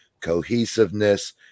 cohesiveness